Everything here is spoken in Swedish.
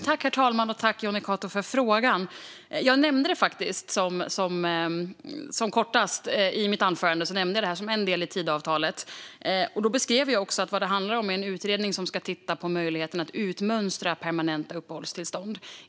Herr talman! Jag tackar Jonny Cato för frågan. Jag nämnde faktiskt detta kort i mitt huvudanförande som en del av Tidöavtalet. Då beskrev jag också att det handlar om en utredning som ska titta på möjligheten att utmönstra permanenta uppehållstillstånd.